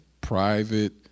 private